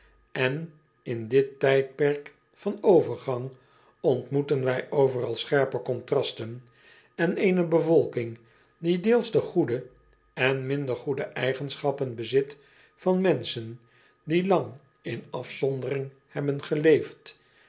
en in dit tijdperk van overgang ontmoeten wij overal scherpe contrasten en eene bevolking die deels de goede en minder goede eigenschappen bezit van menschen die lang in afzondering hebben geleefd